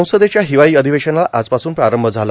संसदेच्या हिवाळी अधिवेशनाला आजपासून प्रारंभ झाला